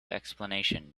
explanation